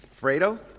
Fredo